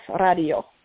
Radio